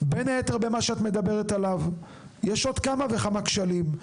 בין היתר מה שאת מדברת עליו אבל יש עוד כמה וכמה כשלים.